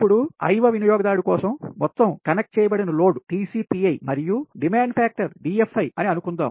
ఇప్పుడు i వ వినియోగదారునికి కోసం మొత్తం కనెక్ట్ చేయబడిన లోడ్ TCPi మరియు మరియు డిమాండ్ ఫ్యాక్టర్ DFi అని అనుకుందాం